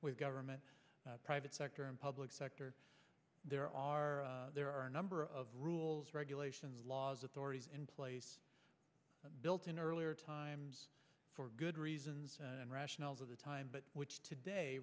government private sector and public sector there are there are a number of rules regulations and laws authorities in place built in earlier times for good reasons of the time but which today